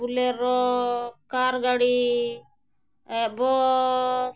Bolero car ᱜᱟᱹᱰᱤ ᱵᱟᱥ